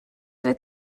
fydd